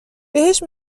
بهش